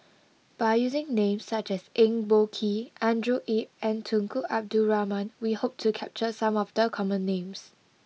by using names such as Eng Boh Kee Andrew Yip and Tunku Abdul Rahman we hope to capture some of the common names